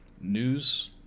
news